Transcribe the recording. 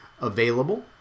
available